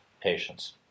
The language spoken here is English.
patients